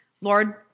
Lord